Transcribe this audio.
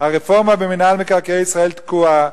הרפורמה במינהל מקרקעי ישראל תקועה,